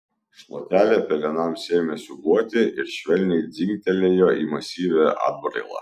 šluotelė pelenams ėmė siūbuoti ir švelniai dzingtelėjo į masyvią atbrailą